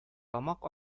тамак